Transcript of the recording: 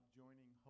joining